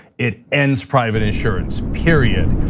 it ends private insurance, period.